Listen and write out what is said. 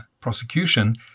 prosecution